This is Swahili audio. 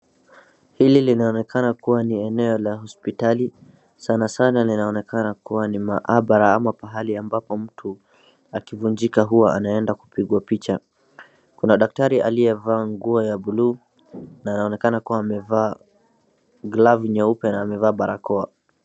Hili linaonekana kuwa ni eneo la hospitali sana sana linaonekana kuwa ni mahabara ama pahali ambapo mtu akivunjika huwa anaenda kupigwa picha, kuna daktari aliyevaa nguo ya blue na anaonekana kuwa amevaa glavu nyeupe na amevaa barakoa.